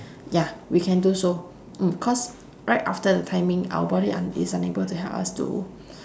ya we can do so mm cause right after the timing our body un~ is unable to help us to